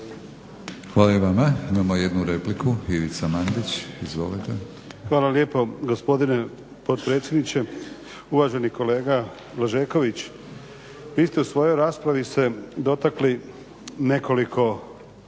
Hvala i vama. Imamo jednu repliku, Ivica Mandić. Izvolite. **Mandić, Ivica (HNS)** Hvala vam lijepo gospodine potpredsjedniče. Uvaženi kolega Blažeković vi ste u svojoj raspravi se dotakli nekoliko